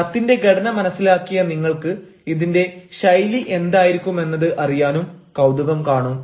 കത്തിന്റെ ഘടന മനസ്സിലാക്കിയ നിങ്ങൾക്ക് ഇതിന്റെ ശൈലി എന്തായിരിക്കുമെന്നത് അറിയാനും കൌതുകം കാണും